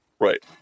Right